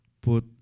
put